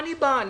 אני גם גורם,